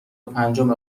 پنجم